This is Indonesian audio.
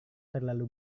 terlalu